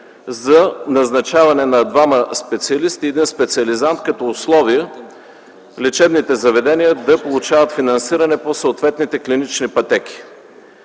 за назначаване на двама специалисти и един специализант като условие лечебните заведения да получават финансиране по съответните клинични пътеки.